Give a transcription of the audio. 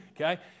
okay